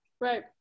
Right